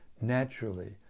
naturally